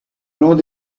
long